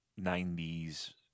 90s